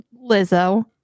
Lizzo